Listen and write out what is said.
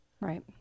Right